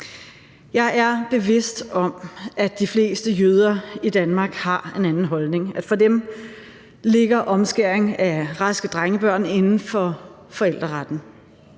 Jeg er bevidst om, at de fleste jøder i Danmark har en anden holdning, at for dem ligger omskæring af raske drengebørn inden for forældreretten.